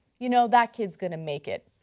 you know that kid is going to make it.